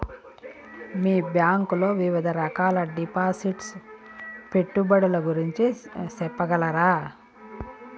మీ bank లో వివిధ రకాల డిపాసిట్స్, పెట్టుబడుల గురించి సెప్పగలరా?